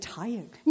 tired